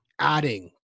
Adding